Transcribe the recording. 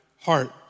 heart